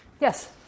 Yes